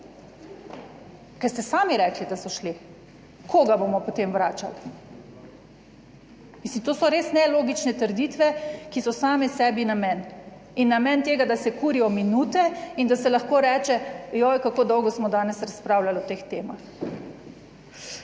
ker ste sami rekli, da so šli. Koga bomo potem vračali? Mislim, to so res nelogične trditve, ki so same sebi namen in namen tega, da se kurijo minute in da se lahko reče, joj, kako dolgo smo danes razpravljali o teh temah.